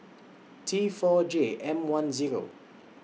T four J M one Zero